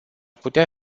putea